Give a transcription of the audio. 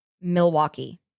Milwaukee